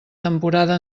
temporada